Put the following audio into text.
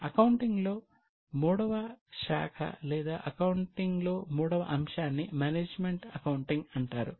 అకౌంటింగ్లో మూడవ శాఖ లేదా అకౌంటింగ్లో మూడవ అంశాన్ని మేనేజ్మెంట్ అకౌంటింగ్ అంటారు